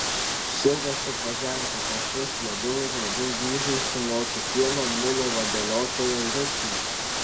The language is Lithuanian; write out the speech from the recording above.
silpnas ir pažemintas aš vis labiau ir labiau gūžiausi nuo kiekvieno mulo vadeliotojo riksmo